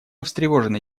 встревожены